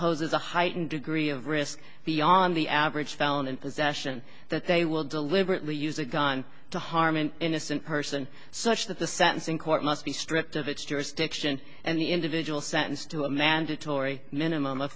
poses a heightened degree of risk beyond the average felon in possession that they will deliberately use a gun to harm an innocent person such that the sentencing court must be stripped of its jurisdiction and the individual sentenced to a mandatory minimum